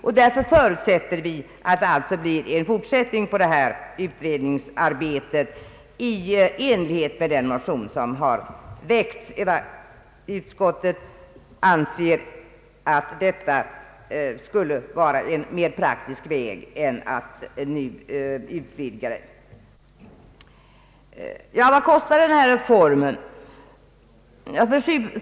Vi väntar därför att det blir en fortsättning på detta utredningsarbete i enlighet med intentionerna i den motion som har väckts. Utskottet anser att det skulle vara en mer praktisk väg än att vidga utredningsarbetet. Vad kostar den här reformen?